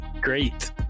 Great